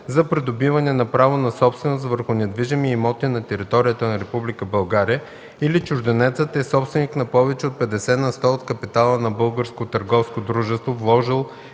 за придобиване на право на собственост върху недвижими имоти на територията на Република България или чужденецът е собственик на повече от 50 на сто от капитала на българско